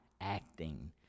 acting